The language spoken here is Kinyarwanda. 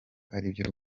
aribyo